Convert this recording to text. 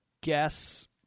guess